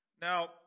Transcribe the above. Now